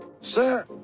Sir